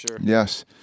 Yes